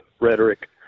rhetoric